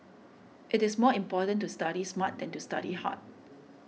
it is more important to study smart than to study hard